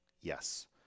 yes